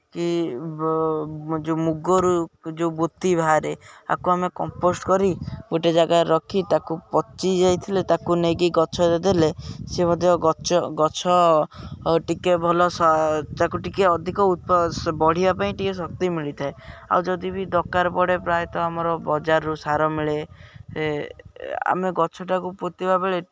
କି ଯେଉଁ ମୁଗରୁ ଯେଉଁ ବୋତି ବାହାରେ ଆକୁ ଆମେ କମ୍ପୋଷ୍ଟ୍ କରି ଗୋଟେ ଜାଗାରେ ରଖି ତାକୁ ପଚିଯାଇଥିଲେ ତାକୁ ନେଇକି ଗଛ ଦେହରେ ଦେଲେ ସେ ମଧ୍ୟ ଗଛ ଗଛ ଟିକିଏ ଭଲ ତାକୁ ଟିକିଏ ଅଧିକ ବଢ଼ିବା ପାଇଁ ଟିକିଏ ଶକ୍ତି ମିଳିଥାଏ ଆଉ ଯଦି ବି ଦରକାର ପଡ଼େ ପ୍ରାୟତଃ ଆମର ବଜାରରୁ ସାର ମିଳେ ଆମେ ଗଛଟାକୁ ପୋତିବାବେଳେ